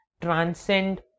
Transcend